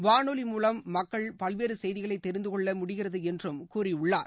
வானொலி மூலம் மக்கள் பல்வேறு செய்திகளை தெரிந்து கொள்ள முடிகிறது என்றும் கூறியுள்ளார்